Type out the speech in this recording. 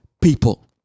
people